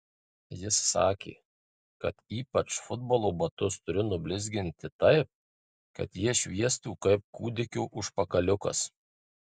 jis sakė kad ypač futbolo batus turiu nublizginti taip kad jie šviestų kaip kūdikio užpakaliukas